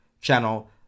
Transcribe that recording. channel